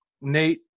Nate